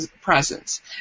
presence